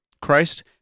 Christ